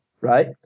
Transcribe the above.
right